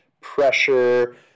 pressure